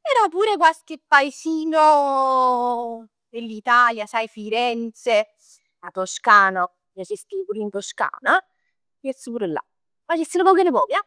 però pure qualche paesino dell'Italia, sai Firenze? 'A Toscana, m'piacess 'e ji pur in Toscana, me ne jess pur là. Facess nu poc e nu poc ja